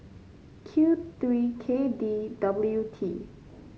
Q three K D W T